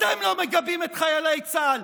אתם לא מגבים את חיילי צה"ל,